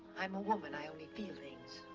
i'm a woman, i only feel things.